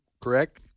correct